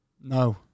no